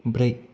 ब्रै